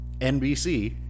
NBC